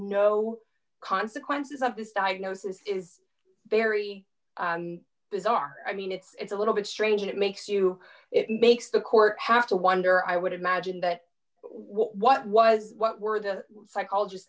no consequences of this diagnosis is very bizarre i mean it's a little bit strange it makes you it makes the court have to wonder i would imagine that what was what were the psychologist